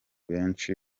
benshi